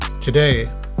Today